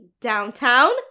downtown